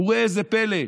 וראה זה פלא: